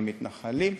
המתנחלים,